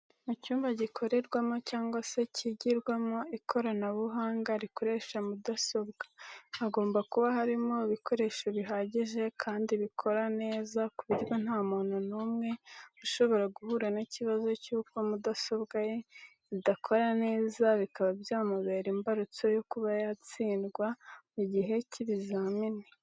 Mu cyumba gikorerwamo cyangwa se kigirwamo ikoranabunga ryo kuri rikoresha mudasobwa, hagomba kuba harimo ibikoresho bihagije kandi bikora neza ku buryo nta muntu numwe ushobora guhura n'ikibazo cyuko mudasobwa ye idakora neza bikaba byamubera imbarutso y o kuba ayatsindwa mu gihe cy'ibizamini.